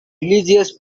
religious